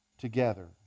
together